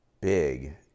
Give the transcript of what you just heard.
big